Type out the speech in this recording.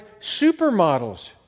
supermodels